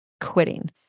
quitting